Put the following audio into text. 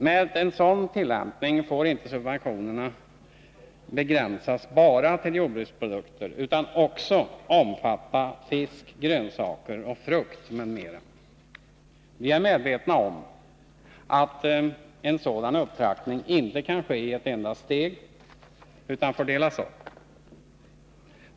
Med en sådan tillämpning får inte subventionerna begränsas bara till jordbruksprodukter utan bör också omfatta fisk, grönsaker, frukt m.m. Vi är medvetna om att en sådan upptrappning inte kan ske i ett enda steg, utan den får delas upp.